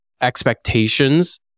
expectations